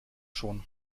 schon